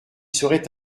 serait